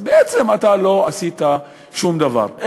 בעצם לא עשית שום דבר,